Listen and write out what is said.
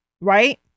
right